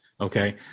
okay